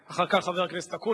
חבר הכנסת ג'מאל זחאלקה,